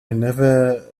never